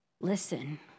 Listen